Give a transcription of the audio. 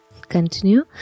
Continue